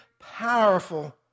powerful